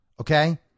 Okay